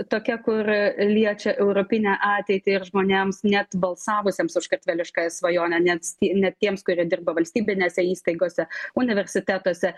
tokia kur liečia europinę ateitį ir žmonėms net balsavusiems už kartveliškąją svajonę net net tiems kurie dirba valstybinėse įstaigose universitetuose